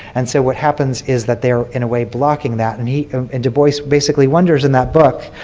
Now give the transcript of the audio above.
and so what happens is that they are in a way blocking that need and dubois basically wonders in that book,